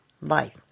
life